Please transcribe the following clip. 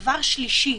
דבר שלישי,